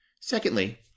Secondly